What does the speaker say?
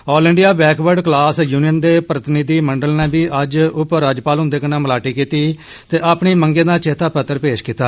all India backward class union दे प्रतिनिधिमंडल नै बी अज्ज उपराज्यपाल हदे कन्नै मलाटी कीती ते अपनी मंगें दा चेतापत्र पेश कीता